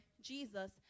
Jesus